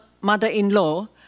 mother-in-law